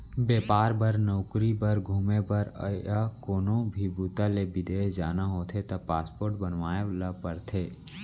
बेपार बर, नउकरी बर, घूमे बर य कोनो भी बूता ले बिदेस जाना होथे त पासपोर्ट बनवाए ल परथे